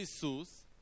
Jesus